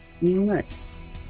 nice